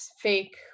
fake